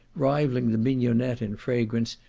rivalling the mignionette in fragrance,